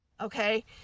Okay